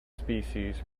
species